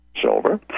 silver